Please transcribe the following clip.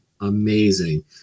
amazing